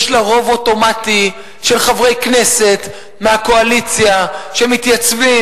יש לה רוב אוטומטי של חברי כנסת מהקואליציה שמתייצבים